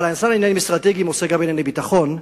אבל השר לעניינים אסטרטגיים עוסק גם בענייני ביטחון,